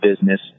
business